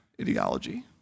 ideology